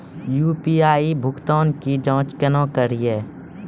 UPI भुगतान की जाँच कैसे करेंगे?